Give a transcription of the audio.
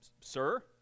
sir